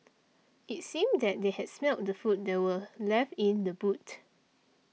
it seemed that they had smelt the food that were left in the boot